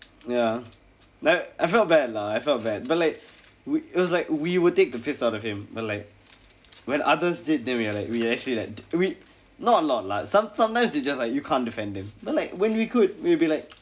ya I I felt bad lah I felt bad but like it was like we would take the piss out of him but like when others did then we are like we actually like we not a lot lah some sometimes you just like you can't defend him but like when we could we'll be like